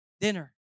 dinner